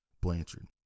Blanchard